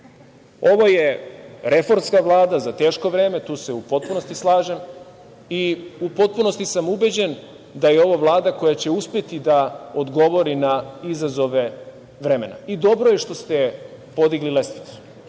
je reformska Vlada za teško vreme. Tu se u potpunosti slažem i u potpunosti sam ubeđen da je ovo Vlada koja će uspeti da odgovori na izazove vremena. Dobro je što ste podigli lestvicu.